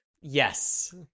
Yes